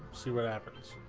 see what happens